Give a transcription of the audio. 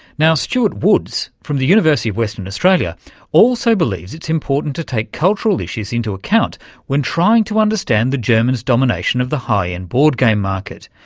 stewart woods from the university of western australia also believes it's important to take cultural issues into account when trying to understand the germans' domination of the high-end board game market,